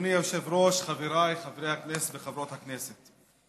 אדוני היושב-ראש, חבריי חברי הכנסת וחברות הכנסת,